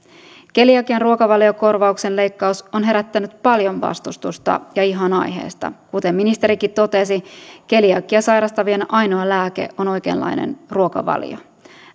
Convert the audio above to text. keliakian ruokavaliokorvauksen leikkaus on herättänyt paljon vastustusta ja ihan aiheesta kuten ministerikin totesi keliakiaa sairastavien ainoa lääke on oikeanlainen ruokavalio